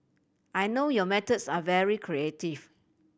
I know your methods are very creative